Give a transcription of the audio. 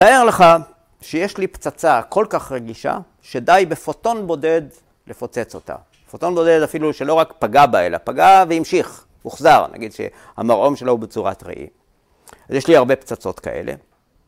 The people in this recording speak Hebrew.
‫תאר לך, שיש לי פצצה ‫כל כך רגישה ‫שדי בפוטון בודד לפוצץ אותה. ‫פוטון בודד אפילו שלא רק פגע בה, ‫אלא פגע והמשיך, הוחזר, ‫נגיד שהמרעום שלו ‫הוא בצורת ראי. ‫אז יש לי הרבה פצצות כאלה.